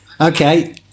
Okay